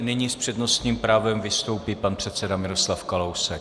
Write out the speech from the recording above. Nyní s přednostním právem vystoupí pan předseda Miroslav Kalousek.